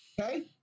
Okay